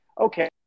Okay